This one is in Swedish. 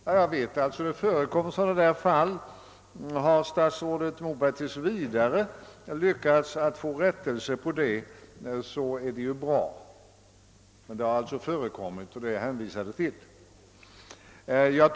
Ja, jag vet att det förekommit sådana fall. Om statsrådet Moberg tills vidare lyckats ändra denna uppfattning, är det ju bra, men vi får hålla oss till det som förekommit.